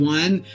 one